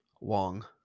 Wong